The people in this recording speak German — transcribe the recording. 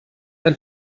ein